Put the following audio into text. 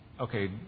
Okay